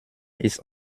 ist